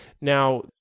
Now